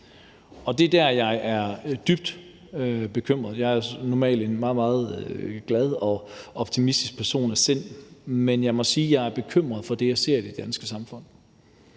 Og det er der, jeg er dybt bekymret. Jeg er af sind normalt en meget, meget glad og optimistisk person, men jeg må sige, at jeg er bekymret for det, jeg ser i det danske samfund.